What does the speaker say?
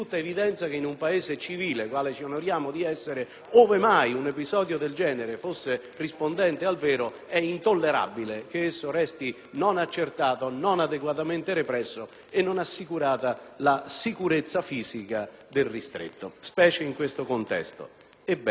ove mai un episodio del genere fosse rispondente al vero, è intollerabile che esso resti non accertato, non adeguatamente sanzionato e che non venga assicurata la sicurezza fisica del ristretto, specie in questo contesto. Ebbene, il Ministero si è